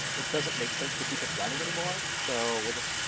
it doesn't make sense to keep it running anymore so we'll just,